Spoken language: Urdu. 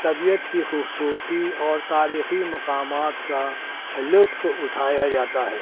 طبیعت کی خوبصورتی اور تاریخی مقامات کا لطف اٹھایا جاتا ہے